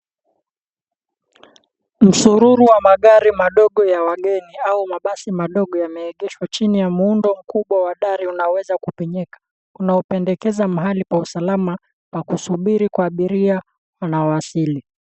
Msururo wa magari madogo ya mwageni au mabasi madogo yameegeshwa chini ya muundo mkubwa wa dari inayoweza penyeka, kuna upendekeza mkubwa wa pahali pa usalama pa kusubiri kwa abiria wanaowasili.